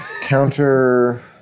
Counter